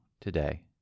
today